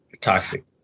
Toxic